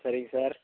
சரிங்க சார்